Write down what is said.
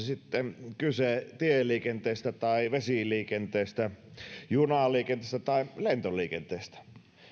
sitten kyse tieliikenteestä tai vesiliikenteestä junaliikenteestä tai lentoliikenteestä